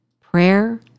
prayer